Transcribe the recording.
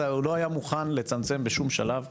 הוא לא היה מוכן לצמצם בשום שלב.